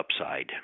upside